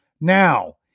Now